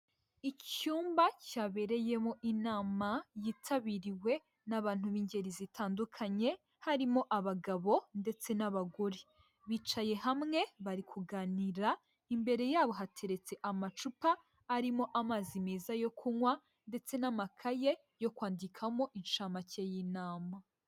Icyumba cyabereyemo inama yitabiriwe n'abantu b'ingeri zitandukanye harimo abagabo ndetse n'abagore, bicaye hamwe bari kuganira, imbere yabo hateretse amacupa arimo amazi meza yo kunywa ndetse n'amakaye yo kwandikamo inshamake y'inamama.